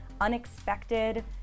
unexpected